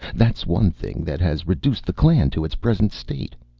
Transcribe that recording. that's one thing that has reduced the clan to its present state.